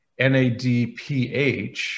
NADPH